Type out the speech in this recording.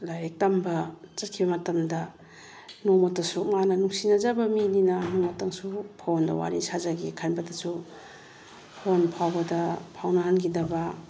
ꯂꯥꯏꯔꯤꯛ ꯇꯝꯕ ꯆꯠꯈꯤꯕ ꯃꯇꯝꯗ ꯅꯣꯡꯃꯇꯁꯨ ꯃꯥꯅ ꯅꯨꯡꯁꯤꯅꯖꯕ ꯃꯤꯅꯤꯅ ꯅꯣꯡꯃꯇꯁꯨ ꯐꯣꯟꯗ ꯋꯥꯔꯤ ꯁꯥꯖꯒꯦ ꯈꯟꯕꯗꯁꯨ ꯐꯣꯟ ꯐꯥꯎꯕꯗ ꯐꯥꯎꯅꯍꯟꯈꯤꯗꯕ